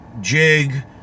jig